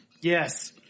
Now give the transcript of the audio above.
Yes